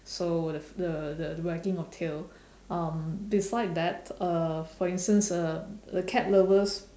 so the the the wagging of tail um beside that uh for instance uh the cat lovers